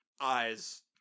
eyes